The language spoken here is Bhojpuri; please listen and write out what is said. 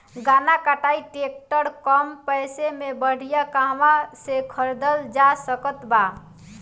गन्ना कटाई ट्रैक्टर कम पैसे में बढ़िया कहवा से खरिदल जा सकत बा?